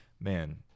man